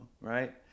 right